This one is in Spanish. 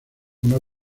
una